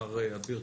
מר אביר,